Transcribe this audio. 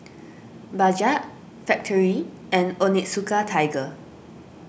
Bajaj Factorie and Onitsuka Tiger